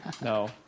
No